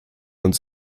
uns